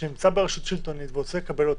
שנמצא ברשות שלטונית והוא רוצה לקבל אותו